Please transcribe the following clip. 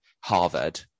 harvard